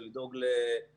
זה לדאוג גם לסביבה